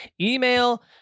email